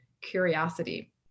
curiosity